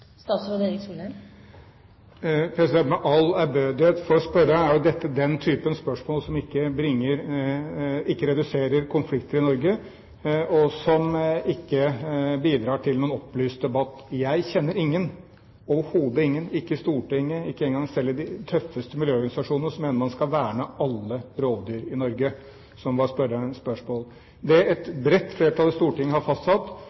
Med all ærbødighet for spørreren er dette den type spørsmål som ikke reduserer konflikter i Norge, og det bidrar ikke til noen opplyst debatt. Jeg kjenner ingen, overhodet ingen – ikke i Stortinget, ikke engang selv i de tøffeste miljøorganisasjonene – som mener at man skal verne alle rovdyr i Norge, som var spørsmålet. Det et bredt flertall i Stortinget har fastsatt,